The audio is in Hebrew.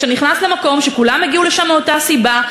כשאתה נכנס למקום שכולם הגיעו לשם מאותה סיבה,